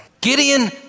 Gideon